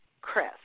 Chris